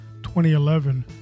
2011